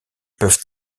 peuvent